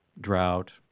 drought